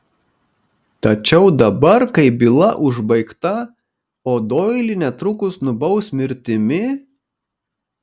tačiau dabar kai byla užbaigta o doilį netrukus nubaus mirtimi